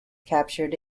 captured